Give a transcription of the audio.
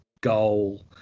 goal